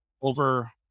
over